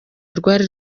rwari